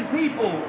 people